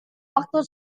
waktu